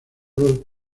los